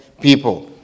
people